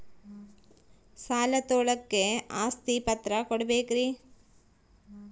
ಸಾಲ ತೋಳಕ್ಕೆ ಆಸ್ತಿ ಪತ್ರ ಕೊಡಬೇಕರಿ?